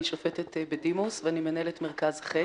אני שופטת בדימוס ואני מנהלת מרכז חת